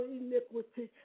iniquity